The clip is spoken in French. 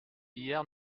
hier